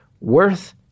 worth